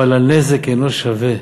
אבל הנזק אינו שווה.